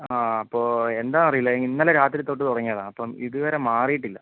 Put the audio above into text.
ആ അപ്പോൾ എന്താണെന്നറിയില്ല ഇന്നലെ രാത്രിത്തൊട്ടു തുടങ്ങിയതാണ് അപ്പം ഇതുവരെ മാറിയിട്ടില്ല